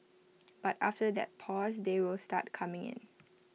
but after that pause they will start coming in